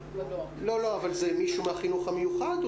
מישהו מהחינוך המיוחד?